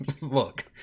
Look